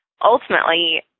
Ultimately